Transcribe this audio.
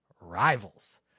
rivals